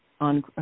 on